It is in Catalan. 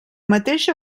mateixa